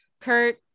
Kurt